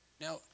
Now